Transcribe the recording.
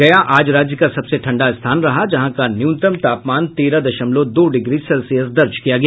गया आज राज्य का सबसे ठंडा स्थान रहा जहां का न्यूनतम तापमान तेरह दशमलव दो डिग्री सेल्सियस दर्ज किया गया